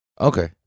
Okay